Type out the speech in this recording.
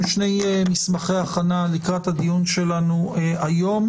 שני מסמכי הכנה לקראת הדיון שלנו היום,